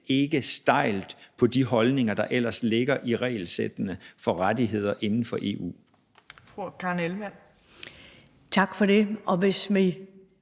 står stejlt på de holdninger, der ellers ligger i regelsættene for rettigheder inden for EU. Kl. 15:02 Fjerde